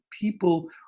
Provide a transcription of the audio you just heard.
people